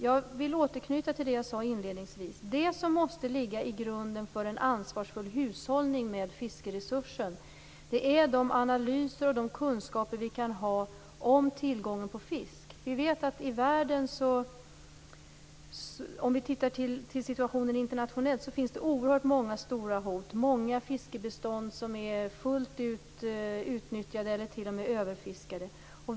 Jag vill återknyta till det jag sade inledningsvis: Det som måste ligga i grunden för en ansvarsfull hushållning med fiskeresursen är våra analyser och kunskaper om tillgången på fisk. Om vi tittar på situationen internationellt kan vi se att det finns oerhört många stora hot i världen. Det finns många fiskebestånd som är utnyttjade fullt ut eller t.o.m. överfiskade.